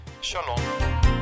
Shalom